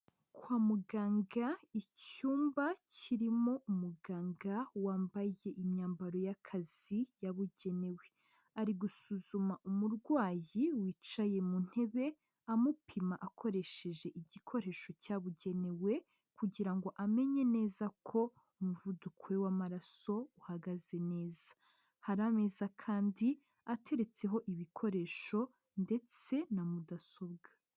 Kwa muganga, icyumba kirimo umuganga wambaye imyambaro y'akazi yabugenewe. Ari gusuzuma umurwayi wicaye mu ntebe, amupima akoresheje igikoresho cyabugenewe kugira ngo amenye neza ko umuvuduko we w'amaraso uhagaze neza. Hari ameza kandi, ateretseho ibikoresho ndetse na mudasobwa.